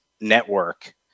network